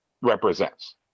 represents